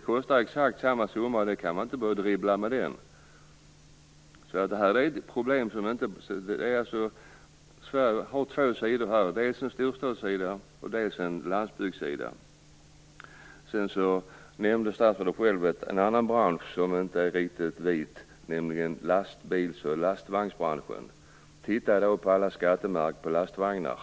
kostar det exakt samma summa varje gång. Det går inte att dribbla med den. Detta har alltså två sidor, en storstadssida och en landsbygdssida. Statsrådet nämnde en annan bransch som inte är riktigt vit, nämligen lastbils och lastvagnsbranschen. Titta på alla skattemärken på lastvagnar.